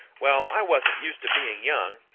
well, i wasn't used to being young,